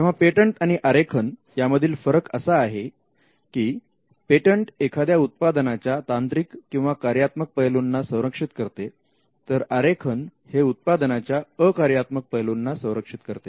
तेव्हा पेटंट आणि आरेखन यामधील फरक असा आहे की पेटंट एखाद्या उत्पादनाच्या तांत्रिक किंवा कार्यात्मक पैलूंना संरक्षित करते तर आरेखन हे उत्पादनाच्या अकार्यात्मक पैलूंना संरक्षित करते